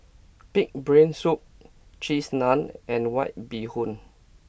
Pig'S Brain Soup Cheese Naan and White Bee Hoon